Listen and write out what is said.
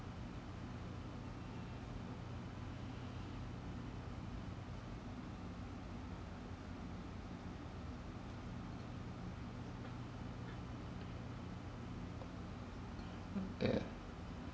mm yeah